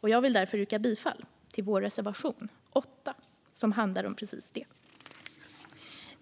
Jag vill därför yrka bifall till vår reservation 8 som handlar om precis det.